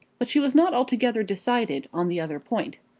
but she was not altogether decided on the other point.